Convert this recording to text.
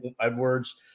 Edwards